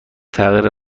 تغییر